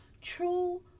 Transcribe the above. true